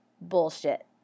bullshit